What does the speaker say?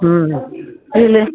ಹ್ಞೂ ಹೇಳಿ